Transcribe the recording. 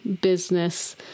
business